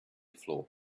floor